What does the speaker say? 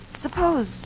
Suppose